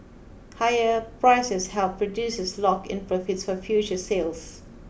higher prices help producers lock in profits for future sales